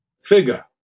figure